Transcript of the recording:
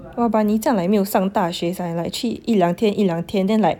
!wah! but 你这样 like 没有上大学 sia like 去一两天一两天 then like